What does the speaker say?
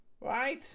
right